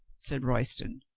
said royston.